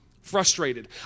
Frustrated